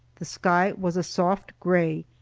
the sky was soft gray,